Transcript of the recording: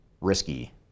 risky